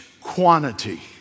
quantity